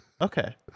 Okay